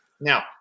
Now